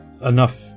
enough